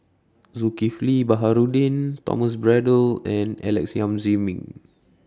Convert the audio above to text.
Zulkifli Baharudin Thomas Braddell and Alex Yam Ziming